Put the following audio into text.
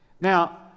Now